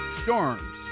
storms